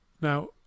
Now